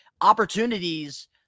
opportunities